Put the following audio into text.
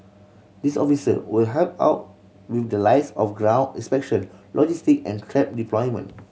these officer will help out with the likes of ground inspection logistic and trap deployment